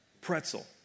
pretzel